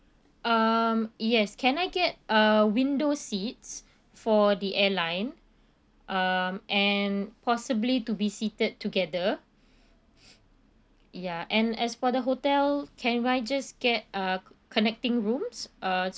um yes can I get uh window seats for the airline um and possibly to be seated together ya and as for the hotel can I just get uh connecting rooms uh